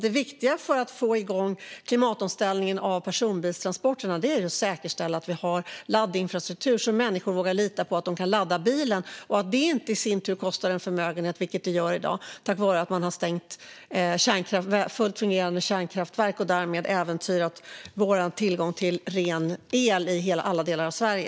Det viktiga för att få igång klimatomställningen av personbilstransporterna är alltså att säkerställa att vi har laddinfrastruktur så att människor vågar lita på att de kan ladda bilen. Det ska i sin tur inte kosta en förmögenhet, vilket det gör i dag - tack vare att man har stängt fullt fungerande kärnkraftverk och därmed äventyrat vår tillgång till ren el i alla delar av Sverige.